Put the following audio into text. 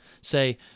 Say